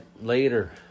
later